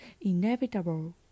inevitable